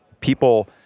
People